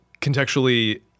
contextually